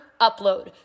Upload